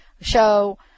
show